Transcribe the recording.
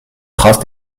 trace